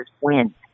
win